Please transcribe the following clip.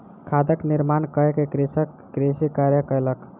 खादक निर्माण कय के कृषक कृषि कार्य कयलक